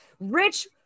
Rich